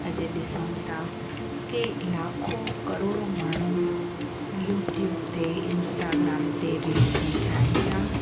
अॼु ॾिसूं था की लाखो करोड़ो माण्हू यूट्यूब ते इंस्टाग्राम ते रील्सूं ठाहिनि था